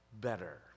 better